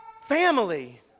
family